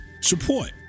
Support